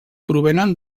provenen